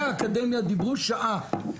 חברת הכנסת, חברי האקדמיה דיברו שעה.